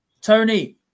Tony